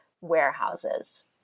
warehouses